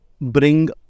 bring